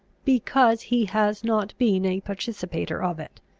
because he has not been a participator of it!